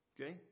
Okay